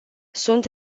sunt